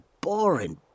boring